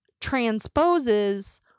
transposes